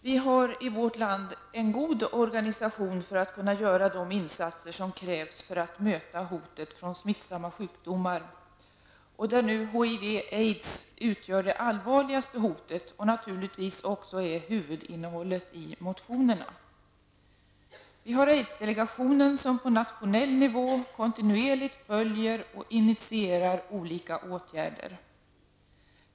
Vi har i vårt land en god organisation för att kunna göra de insatser som krävs för att möta hotet från smittsamma sjukdomar, där nu HIV/aids utgör det allvarligaste hotet och naturligtvis också är huvudinnehållet i motionerna. Vi har aidsdelegationen, som på nationell nivå kontinuerligt följer upp och initierar olika åtgärder.